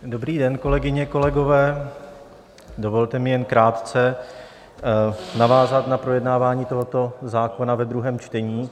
Dobrý den, kolegyně, kolegové, dovolte mi jen krátce navázat na projednávání tohoto zákona ve druhém čtení.